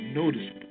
noticeable